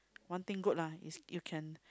one thing good lah is you can